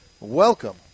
Welcome